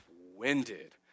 winded